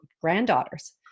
granddaughters